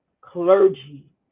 clergy